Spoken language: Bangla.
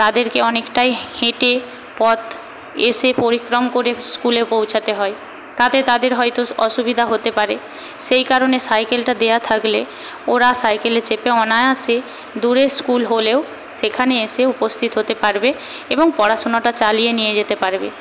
তাদেরকে অনেকটাই হেঁটে পথ এসে পরিক্রম করে স্কুলে পৌঁছাতে হয় তাতে তাদের হয়তো অসুবিধা হতে পারে সেই কারণে সাইকেলটা দেওয়া থাকলে ওরা সাইকেলে চেপে অনায়াসে দূরে স্কুল হলেও সেখানে এসে উপস্থিত হতে পারবে এবং পড়াশোনাটা চালিয়ে নিয়ে যেতে পারবে